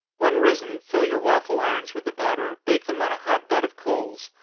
when risen, fill your waffle-irons with the batter, bake them on a hot bed of coals.